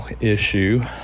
issue